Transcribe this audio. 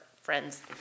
friends